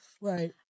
Right